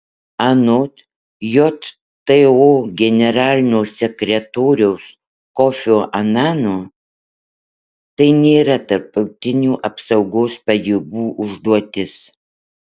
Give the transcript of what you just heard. anot jto generalinio sekretoriaus kofio anano tai nėra tarptautinių apsaugos pajėgų užduotis